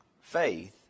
faith